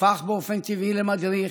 הפך באופן טבעי למדריך,